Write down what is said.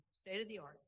state-of-the-art